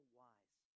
wise